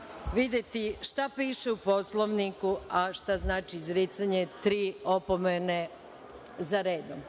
videti šta piše u Poslovniku, a šta znači izricanje tri opomene